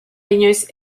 inoiz